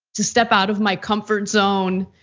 to step out of my comfort zone.